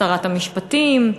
שרת המשפטים,